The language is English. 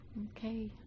Okay